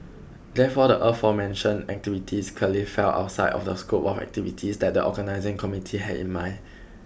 therefore the aforementioned activities clearly fell outside of the scope of activities that the organising committee had in mind